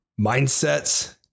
Mindsets